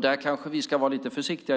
Där kanske Sverige ska vara lite försiktigt.